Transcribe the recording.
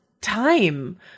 time